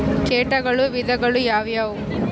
ಕೇಟಗಳ ವಿಧಗಳು ಯಾವುವು?